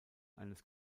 eines